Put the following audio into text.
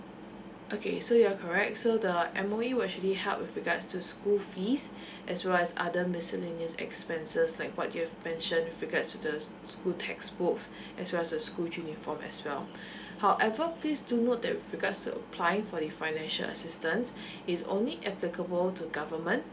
okay so you're correct so the M_O_E will actually help with regards to school fees as well as other miscellaneous expenses like what you've mentioned with regards to the school textbooks as well as the school uniform as well however please do note that with regards to applying for the financial assistance is only applicable to government